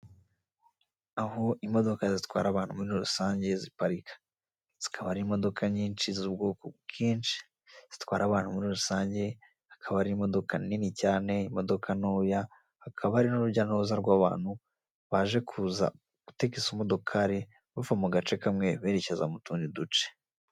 Aho imodoka zitwara abantu muri rusange ziparika, zikaba ari imodoka nyinshi z'ubwoko bwinshi zitwara abantu muri rusange, hakaba hari imodoka nini cyane, imodoka ntoya, hakaba hari n'urujya n'uruza rw'abantu baje kuza gutega izo modokari bava mu gace kamwe berekeza mu tundi duce.